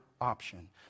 option